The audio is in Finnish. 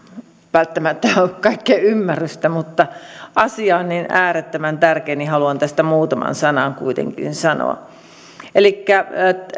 välttämättä ole kaikkea ymmärrystä mutta kun asia on niin äärettömän tärkeä niin haluan tästä muutaman sanan kuitenkin sanoa elikkä